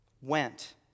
went